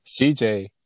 CJ